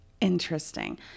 Interesting